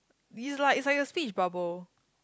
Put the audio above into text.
is like is like a speed bubble